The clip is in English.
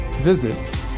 visit